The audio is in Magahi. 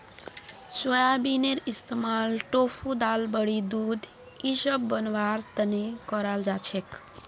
सोयाबीनेर इस्तमाल टोफू दाल बड़ी दूध इसब बनव्वार तने कराल जा छेक